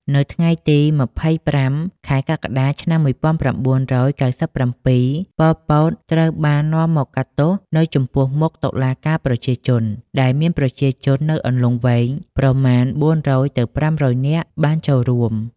នៅថ្ងៃទី២៥ ខែកក្កដា ឆ្នាំ១៩៩៧ ប៉ុល ពត ត្រូវបាននាំមកកាត់ទោសនៅចំពោះមុខ «តុលាការប្រជាជន» ដែលមានប្រជាជននៅអន្លង់វែងប្រមាណ៤០០ទៅ៥០០នាក់បានចូលរួម។